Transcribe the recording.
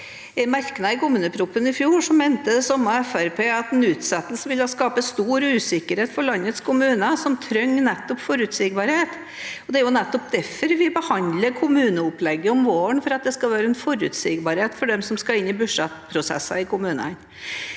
i fjor mente det samme Fremskrittspartiet at en utsettelse ville skape stor usikkerhet for landets kommuner, som trenger forutsigbarhet. Det er jo nettopp derfor vi behandler kommuneopplegget om våren, for at det skal være forutsigbarhet for dem som skal inn i budsjettprosesser i kommunene.